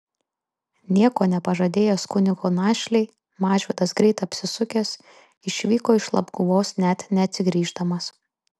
nieko nepažadėjęs kunigo našlei mažvydas greit apsisukęs išvyko iš labguvos net neatsigrįždamas